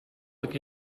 look